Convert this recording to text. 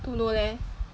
don't know leh